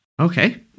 Okay